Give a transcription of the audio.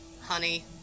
honey